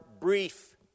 brief